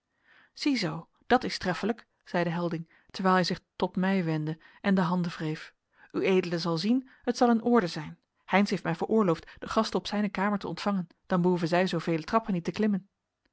ziezoo dat is treffelijk zeide helding terwijl hij zich tot mij wendde en de handen wreef ued zal zien het zal in orde zijn heynsz heeft mij veroorloofd de gasten op zijne kamer te ontvangen dan behoeven zij zoovele trappen niet te klimmen